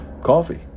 coffee